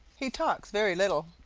he talks very little.